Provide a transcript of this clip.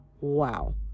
Wow